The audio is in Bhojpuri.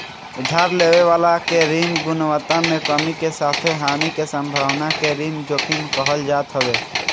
उधार लेवे वाला के ऋण गुणवत्ता में कमी के साथे हानि के संभावना के ऋण जोखिम कहल जात हवे